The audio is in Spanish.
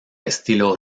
estilo